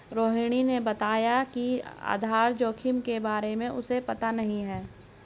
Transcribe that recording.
रोहिणी ने बताया कि आधार जोखिम के बारे में उसे पता नहीं है